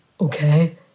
okay